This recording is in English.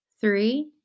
three